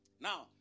Now